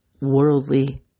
worldly